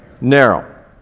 Narrow